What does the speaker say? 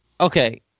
Okay